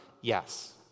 Yes